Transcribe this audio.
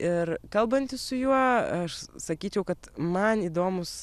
ir kalbantis su juo aš sakyčiau kad man įdomūs